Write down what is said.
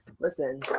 Listen